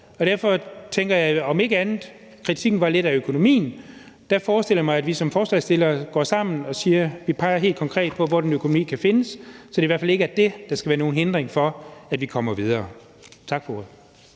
og derfor tænker jeg om ikke andet – for kritikken gik lidt på økonomien – at jeg forestiller mig, at vi som forslagsstillere går sammen og siger, at vi peger helt konkret på, hvor den økonomi kan findes, så det i hvert fald ikke er det, der skal være nogen hindring for, at vi kommer videre. Tak for ordet.